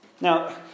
Now